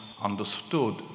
understood